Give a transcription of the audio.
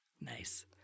Nice